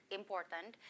important